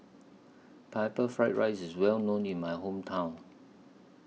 Pineapple Fried Rice IS Well known in My Hometown